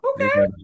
Okay